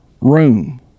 room